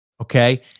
Okay